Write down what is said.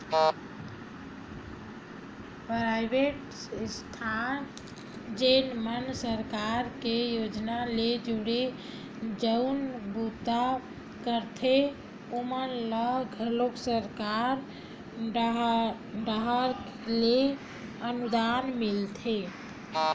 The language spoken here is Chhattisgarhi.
पराइवेट संस्था जेन मन सरकार के योजना ले जुड़के जउन बूता करथे ओमन ल घलो सरकार डाहर ले अनुदान मिलथे